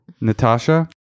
natasha